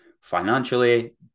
financially